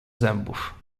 zębów